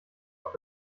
auf